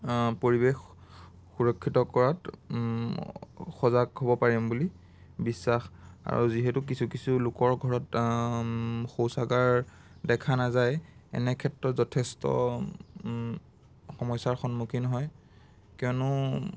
পৰিৱেশ সুৰক্ষিত কৰাত সজাগ হ'ব পাৰিম বুলি বিশ্বাস আৰু যিহেতু কিছু কিছু লোকৰ ঘৰত শৌচাগাৰ দেখা নাযায় এনে ক্ষেত্ৰত যথেষ্ট সমস্যাৰ সন্মুখীন হয় কিয়নো